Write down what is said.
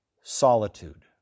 Solitude